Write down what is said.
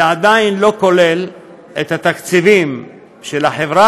זה עדיין לא כולל את התקציבים של החברה